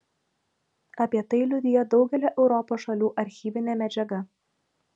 apie tai liudija daugelio europos šalių archyvinė medžiaga